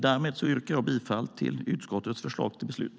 Därmed yrkar jag bifall till utskottets förslag till beslut.